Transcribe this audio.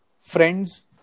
friends